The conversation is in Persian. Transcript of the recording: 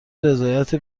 رضایت